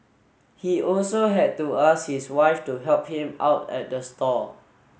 he also had to ask his wife to help him out at the stall